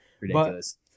ridiculous